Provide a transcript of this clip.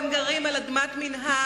אם הם גרים על אדמת מינהל,